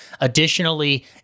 Additionally